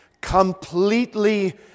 completely